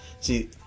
See